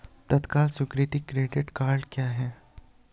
तत्काल स्वीकृति credit cards क्या हैं?